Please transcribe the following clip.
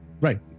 Right